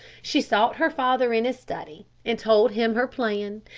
she sought her father in his study and told him her plan,